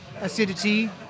acidity